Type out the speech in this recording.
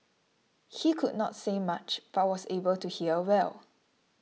he could not say much but was able to hear well